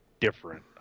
different